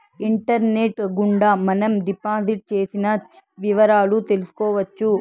internet గుండా మనం deposit చేసిన వివరాలు తెలుసుకోవచ్చు